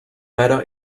better